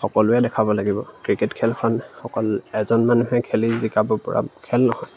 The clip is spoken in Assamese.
সকলোৱে দেখাব লাগিব ক্ৰিকেট খেলখন অকল এজন মানুহে খেলি জিকাব পৰা খেল নহয়